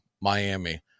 Miami